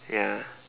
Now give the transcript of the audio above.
ya